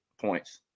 points